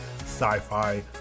sci-fi